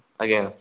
ଆଜ୍ଞା